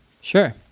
Sure